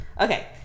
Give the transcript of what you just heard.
Okay